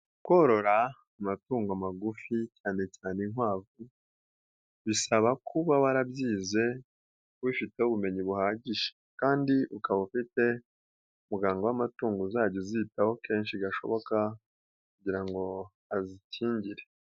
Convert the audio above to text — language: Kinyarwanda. Korora amatungo magufi cyane cyane inkwavu bisaba kuba warabyize ubifiteho ubumenyi buhagije kandi ukaba ufite umuganga w'amatungo uzajya uzitaho kenshi gashoboka kugira ngo azikingire.